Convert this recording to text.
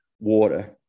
water